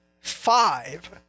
five